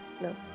No